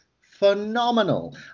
phenomenal